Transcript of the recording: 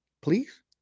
Please